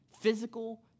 physical